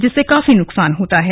जिससे काफी नुकसान होता है